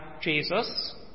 Jesus